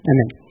Amen